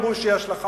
הגיבוי